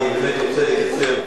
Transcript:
הצעה טובה, אני באמת רוצה לקצר.